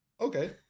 okay